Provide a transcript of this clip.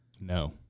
No